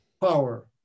power